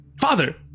Father